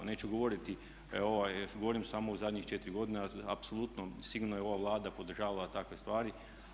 Neću govoriti, ja govorim samo o zadnjih 4 godine, a apsolutno sigurno i ova Vlada podržava takve stvari.